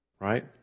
Right